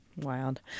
Wild